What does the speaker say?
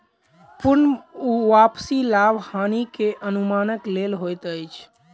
पूर्ण वापसी लाभ हानि के अनुमानक लेल होइत अछि